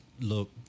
look